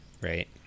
right